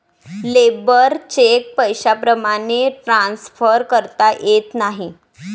labour cheque पैशाप्रमाणे transfer करता येत नाही